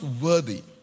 worthy